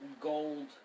gold